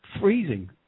freezing